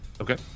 Okay